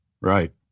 Right